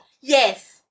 Yes